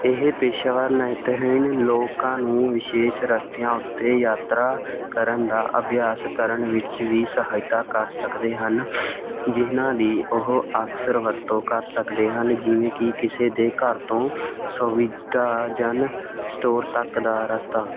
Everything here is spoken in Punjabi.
ਇਹ ਪੇਸ਼ੇਵਰ ਨੇਤਰਹੀਣ ਲੋਕਾਂ ਨੂੰ ਵਿਸ਼ੇਸ਼ ਰਸਤਿਆਂ ਉੱਤੇ ਯਾਤਰਾ ਕਰਨ ਦਾ ਅਭਿਆਸ ਕਰਨ ਵਿੱਚ ਵੀ ਸਹਾਇਤਾ ਕਰ ਸਕਦੇ ਹਨ ਜਿਨ੍ਹਾਂ ਦੀ ਉਹ ਅਕਸਰ ਵਰਤੋਂ ਕਰ ਸਕਦੇ ਹਨ ਜਿਵੇਂ ਕਿ ਕਿਸੇ ਦੇ ਘਰ ਤੋਂ ਸੁਵਿਧਾਜਨ ਸਟੋਰ ਤੱਕ ਦਾ ਰਸਤਾ